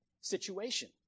situation